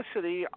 City